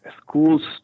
schools